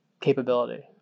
capability